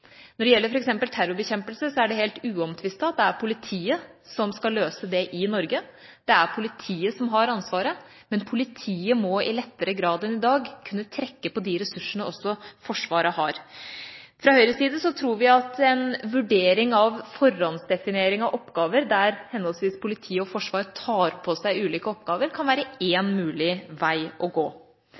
Når det gjelder f.eks. terrorbekjempelse, er det helt uomtvistet at det er politiet som skal løse det i Norge, det er politiet som har ansvaret. Men politiet må i lettere grad enn i dag også kunne trekke på de ressursene Forsvaret har. Fra Høyres side tror vi at en vurdering av forhåndsdefinering av oppgaver der henholdsvis politiet og Forsvaret tar på seg ulike oppgaver, kan være én mulig vei å gå.